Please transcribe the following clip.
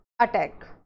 attack